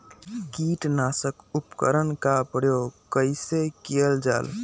किटनाशक उपकरन का प्रयोग कइसे कियल जाल?